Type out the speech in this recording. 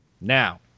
Now